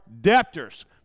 debtors